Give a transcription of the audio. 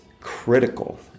critical